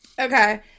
Okay